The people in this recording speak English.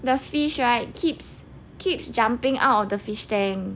the fish right keeps keeps jumping out of the fish tank